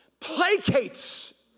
placates